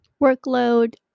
workload